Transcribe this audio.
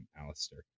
Alistair